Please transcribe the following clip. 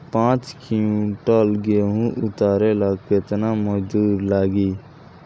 पांच किविंटल गेहूं उतारे ला केतना मजदूर लागी?